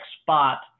spot